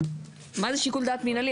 מה זה שיקול דעת מינהלי?